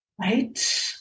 Right